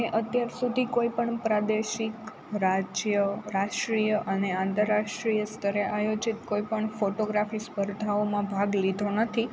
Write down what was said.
મેં અત્યાર સુધી કોઈ પણ પ્રાદેશિક રાજ્ય રાષ્ટ્રીય અને આંતરરાષ્ટ્રીય સ્તરે આયોજિત કોઈપણ ફોટોગ્રાફી સ્પર્ધાઓમાં ભાગ લીધો નથી